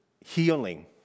Healing